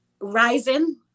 rising